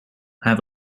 hij